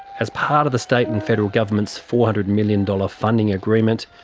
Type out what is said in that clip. as part of the state and federal government's four hundred million dollars funding agreement,